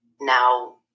now